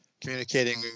communicating